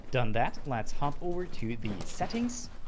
done that, let's hop over to the settings,